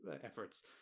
efforts